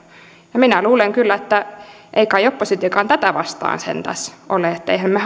ja minä luulen kyllä että ei kai oppositiokaan tätä vastaan sentään ole emmehän me